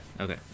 okay